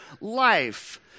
life